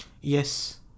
Yes